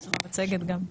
יש לך מצגת גם.